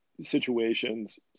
situations